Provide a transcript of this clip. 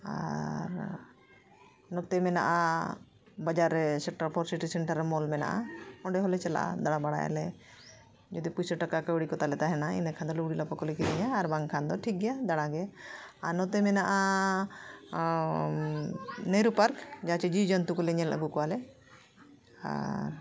ᱟᱨ ᱱᱚᱛᱮ ᱢᱮᱱᱟᱜᱼᱟ ᱵᱟᱡᱟᱨ ᱨᱮ ᱥᱮᱠᱴᱚᱨ ᱯᱷᱳᱨ ᱥᱤᱴᱤ ᱥᱮᱱᱴᱟᱨ ᱨᱮ ᱢᱚᱞ ᱢᱮᱱᱟᱜᱼᱟ ᱚᱸᱰᱮ ᱦᱚᱸᱞᱮ ᱪᱟᱞᱟᱜᱼᱟ ᱫᱟᱬᱟ ᱵᱟᱲᱟᱭᱟᱞᱮ ᱡᱩᱫᱤ ᱯᱩᱭᱥᱟᱹ ᱴᱟᱠᱟ ᱠᱟᱣᱰᱤ ᱠᱚ ᱛᱟᱞᱮ ᱛᱟᱦᱮᱱᱟ ᱤᱱᱟᱹ ᱠᱷᱟᱱ ᱫᱚ ᱞᱩᱜᱽᱲᱤ ᱞᱟᱯᱚ ᱠᱚᱞᱮ ᱠᱤᱨᱤᱧᱟ ᱟᱨ ᱵᱟᱝᱠᱷᱟᱱ ᱫᱚ ᱴᱷᱤᱠ ᱜᱮᱭᱟ ᱫᱟᱬᱟᱜᱮ ᱟᱨ ᱱᱚᱛᱮ ᱢᱮᱱᱟᱜᱼᱟ ᱱᱮᱦᱨᱩ ᱯᱟᱨᱠ ᱡᱟᱦᱟᱸ ᱥᱮᱫ ᱡᱤᱵᱽ ᱡᱚᱱᱛᱩ ᱠᱚᱞᱮ ᱧᱮᱞ ᱟᱹᱜᱩ ᱠᱚᱣᱟᱞᱮ ᱟᱨ